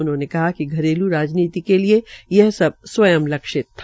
उन्होंने कहा कि घरेल् राजनीति के लिये यह सबा स्वयं लक्षित था